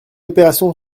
opération